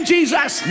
Jesus